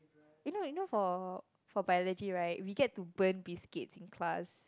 you know you know for for biology right we get to burn biscuits in class